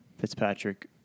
Fitzpatrick